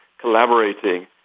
collaborating